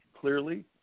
clearly